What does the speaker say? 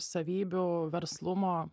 savybių verslumo